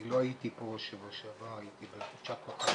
אני לא הייתי פה בשבוע שעבר, הייתי בחופשת מחלה.